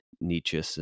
Nietzsche